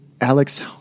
Alex